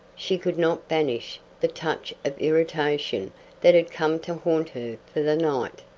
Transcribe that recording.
she could not banish the touch of irritation that had come to haunt her for the night.